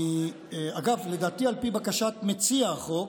אגב, לדעתי, על פי בקשת מציע החוק,